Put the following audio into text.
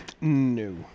No